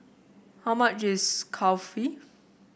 how much is Kulfi